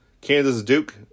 Kansas-Duke